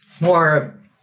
more